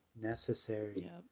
necessary